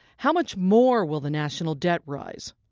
how much more will the national debt rise?